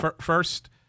first